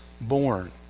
born